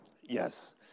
Yes